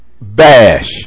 bash